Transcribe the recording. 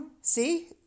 See